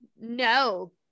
No